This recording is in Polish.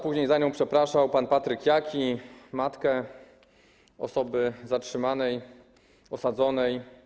Później za nią przepraszał pan Patryk Jaki matkę osoby zatrzymanej, osadzonej.